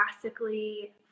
classically